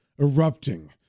erupting